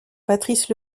patrice